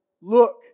Look